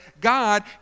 god